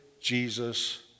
jesus